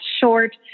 short